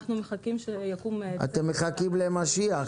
אנחנו מחכים שיקום צוות --- אתם מחכים למשיח?